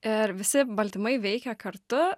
ir visi baltymai veikia kartu